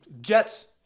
Jets